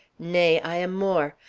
nay, i am more.